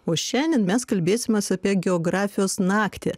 o šiandien mes kalbėsimės apie geografijos naktį